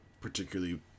particularly